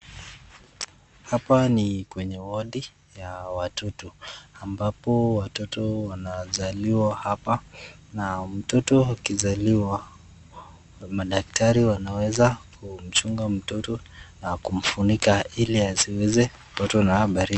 Hapa ni kwenye wodi ya watoto, ambapo watoto wanazaliwa hapa na mtoto akizaliwa, madaktari wanaweza kumchunga mtoto na kumfunika ili asiweze kupatwa na baridi.